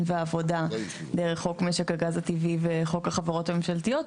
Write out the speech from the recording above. והעבודה דרך חוק משק הגז הטבעי וחוק החברות הממשלתיות,